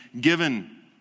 given